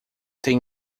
tem